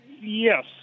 Yes